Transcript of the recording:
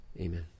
amen